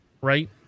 right